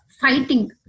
fighting